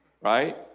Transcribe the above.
right